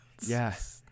Yes